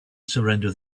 surrender